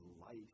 life